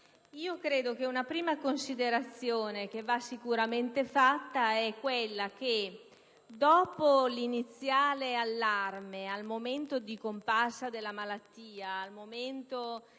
mozioni. Una prima considerazione che va sicuramente fatta è che, dopo l'iniziale allarme, al momento di comparsa della malattia, al momento